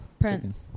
Prince